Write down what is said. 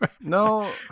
No